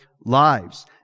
lives